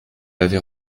l’avez